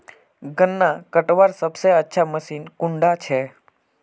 गन्ना कटवार सबसे अच्छा मशीन कुन डा छे?